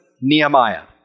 Nehemiah